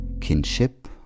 Kinship